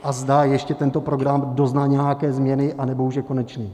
A zda ještě tento program doznal nějaké změny, anebo už je konečný.